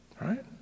right